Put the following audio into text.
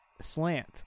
slant